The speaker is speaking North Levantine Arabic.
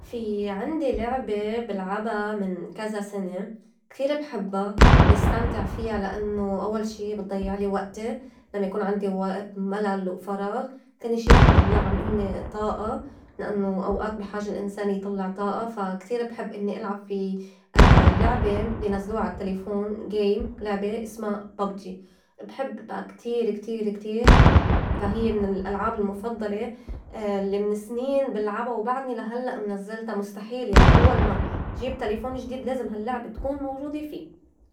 في عندي لعبة بلعبا من كزا سنة كتير بحبّا بستمتع فيا لأنّو أوّل شي بتضّيعلي وقتي لمّا يكون عندي وقت ملل و فراغ، تاني شي بطلّع منّي طاقة لأنّو أوقات بي حاجة الإنسان يطلّع طاقة، فا كتير بحب إنّي العب. في لعبة بنزلوا عال تليفون game لعبة اسما pubg بحبّا كتير- كتير- كتير فا هيّ من الألعاب المُفضّلة الّي من سنين بلعبا وبعدني لا هلّأ منزّلتا مُستحيل يعني أوّل ما جيب تليفون جديد لازم هال لّعبة تكون موجودة في